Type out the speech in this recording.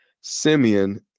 Simeon